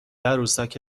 عروسک